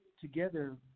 together